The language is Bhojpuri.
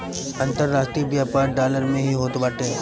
अन्तरराष्ट्रीय व्यापार डॉलर में ही होत बाटे